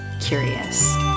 curious